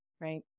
right